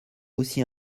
aussi